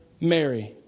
Mary